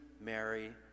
Mary